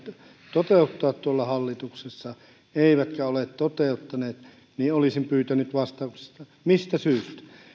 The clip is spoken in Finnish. toteuttaa tuolla hallituksessa eivätkä ole toteuttaneet olisin pyytänyt vastausta mistä syystä